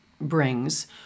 brings